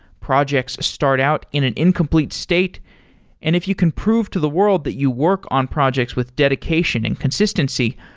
projects start out in an incomplete state, and if you can prove to the world that you work on projects with dedication and consistency,